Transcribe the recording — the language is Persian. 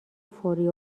فوری